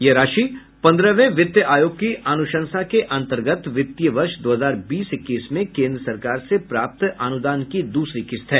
यह राशि पन्द्रहवें वित्त आयोग की अनुशंसा के अन्तर्गत वित्तीय वर्ष दो हजार बीस इक्कीस में केन्द्र सरकार से प्राप्त अनुदान की दूसरी किस्त है